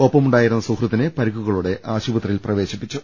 ഒപ്പമുണ്ടായിരുന്ന സുഹൃത്തിനെ പരിക്കുക ളോടെ ആശുപത്രിയിൽ പ്രവേശിപ്പിച്ചു